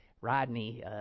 Rodney